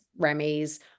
Remy's